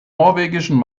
norwegischen